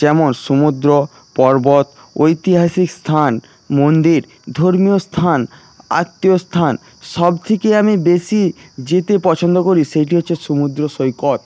যেমন সমুদ্র পর্বত ঐতিহাসিক স্থান মন্দির ধর্মীয় স্থান আত্মীয় স্থান সবথেকে আমি বেশি যেতে পছন্দ করি সেইটি হচ্ছে সমুদ্র সৈকত